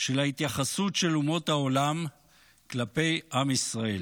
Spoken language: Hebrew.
של התייחסות אומות העולם כלפי עם ישראל.